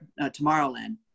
Tomorrowland